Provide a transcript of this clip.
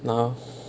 (uh huh)